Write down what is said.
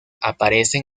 aparecen